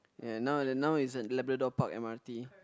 ya now now is at Labrador-Park M_R_T